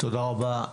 תודה רבה.